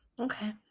Okay